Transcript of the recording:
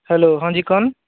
hello हाँ जी कौन